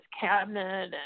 cabinet